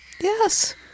Yes